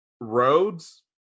roads